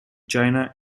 china